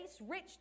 rich